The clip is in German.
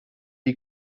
die